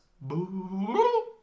boo